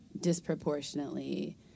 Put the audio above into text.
disproportionately